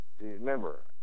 remember